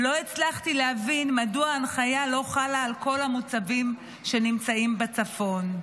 לא הצלחתי להבין מדוע ההנחיה לא חלה על כל המוצבים שנמצאים בצפון.